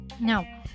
now